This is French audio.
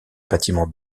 bâtiment